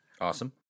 Awesome